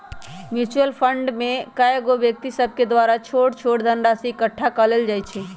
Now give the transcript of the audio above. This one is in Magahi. म्यूच्यूअल फंड में कएगो व्यक्ति सभके द्वारा छोट छोट धनराशि एकठ्ठा क लेल जाइ छइ